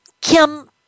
Kim